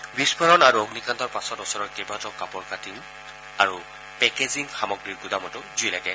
এই বিস্ফোৰণ আৰু অগ্নিকাণ্ডৰ পাছত ওচৰৰ কেবাটাও কাপোৰৰ কাটিং আৰু পেকেজিং সামগ্ৰীৰ গুদামতো জুই লাগে